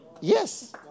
Yes